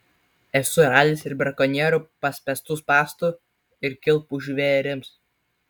esu radęs ir brakonierių paspęstų spąstų ir kilpų žvėrims